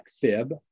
fib